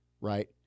Right